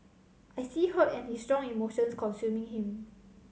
I see hurt and his strong emotions consuming him